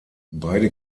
beide